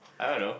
I don't know